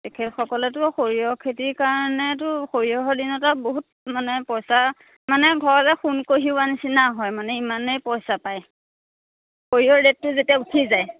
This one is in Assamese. তেখেতসকলেতো সৰিয়হ খেতিৰ কাৰণেতো সৰিয়ৰ দিনতে বহুত মানে পইচা মানে ঘৰলে সোণ কঢ়িওৱা নিচিনা হয় মানে ইমানেই পইচা পায় সৰিয়হ ৰেটটো যেতিয়া উঠি যায়